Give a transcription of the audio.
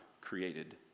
created